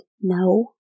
No